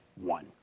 one